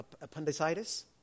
appendicitis